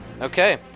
Okay